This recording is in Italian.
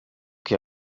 che